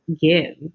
give